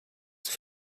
zur